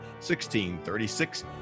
1636